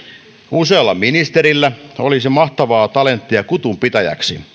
usealla ministerillä olisi mahtavaa talenttia kutunpitäjäksi